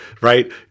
right